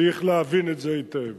צריך להבין את זה היטב,